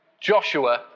Joshua